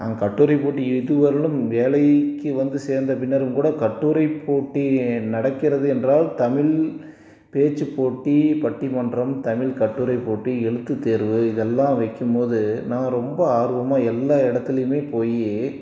நாங்கள் கட்டுரைப் போட்டி இது வரையிலும் வேலைக்கு வந்து சேர்ந்த பின்னரும் கூட கட்டுரைப் போட்டி நடக்கிறது என்றால் தமிழ் பேச்சுப் போட்டி பட்டிமன்றம் தமிழ் கட்டுரை போட்டி எழுத்து தேர்வு இதெல்லாம் வைக்கும்போது நாங்கள் ரொம்ப ஆர்வமாக எல்லா இடத்துலையுமே போய்